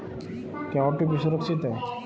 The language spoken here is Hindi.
क्या ओ.टी.पी सुरक्षित है?